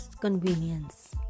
convenience